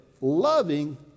loving